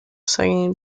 singing